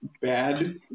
bad